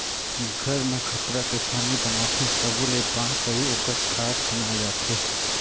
घर मे खपरा के छानी बनाथे तबो ले बांस अउ ओकर ठाठ बनाये जाथे